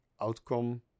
outcome